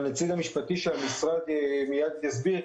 הנציג המשפטי של המשרד מיד יסביר.